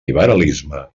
liberalisme